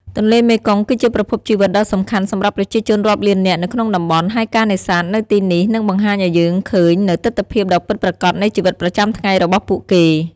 ទន្លេមេគង្គគឺជាប្រភពជីវិតដ៏សំខាន់សម្រាប់ប្រជាជនរាប់លាននាក់នៅក្នុងតំបន់ ហើយការនេសាទនៅទីនេះនឹងបង្ហាញឱ្យយើងឃើញនូវទិដ្ឋភាពដ៏ពិតប្រាកដនៃជីវិតប្រចាំថ្ងៃរបស់ពួកគេ។